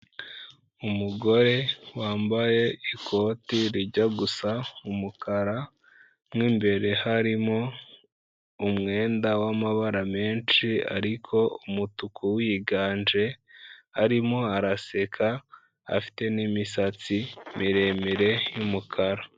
Umugore wambaye ikoti rijya gusa umukara, mu ibere harimo umwenda w'amabara menshi ariko umutuku wiganje, arimo araseka, afite n'imisatsi miremire y'umukara.